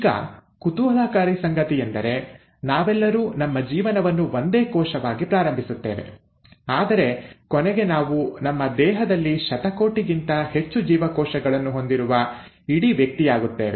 ಈಗ ಕುತೂಹಲಕಾರಿ ಸಂಗತಿಯೆಂದರೆ ನಾವೆಲ್ಲರೂ ನಮ್ಮ ಜೀವನವನ್ನು ಒಂದೇ ಕೋಶವಾಗಿ ಪ್ರಾರಂಭಿಸುತ್ತೇವೆ ಆದರೆ ಕೊನೆಗೆ ನಾವು ನಮ್ಮ ದೇಹದಲ್ಲಿ ಶತಕೋಟಿಗಿಂತ ಹೆಚ್ಚು ಜೀವಕೋಶಗಳನ್ನು ಹೊಂದಿರುವ ಇಡೀ ವ್ಯಕ್ತಿಯಾಗುತ್ತೇವೆ